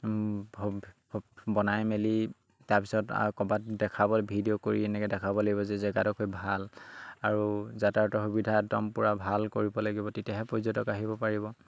বনাই মেলি তাৰপিছত আৰু ক'ৰবাত দেখাবলৈ ভিডিঅ' কৰি এনেকৈ দেখাব লাগিব যে জেগাডোখৰি ভাল আৰু যাতায়তৰ সুবিধা একদম পূৰা ভাল কৰিব লাগিব তেতিয়াহে পৰ্যটক আহিব পাৰিব